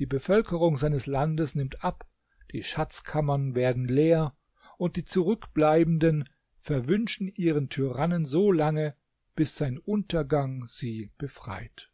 die bevölkerung seines landes nimmt ab die schatzkammern werden leer und die zurückbleibenden verwünschen ihren tyrannen so lange bis sein untergang sie befreit